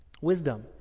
Wisdom